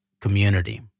community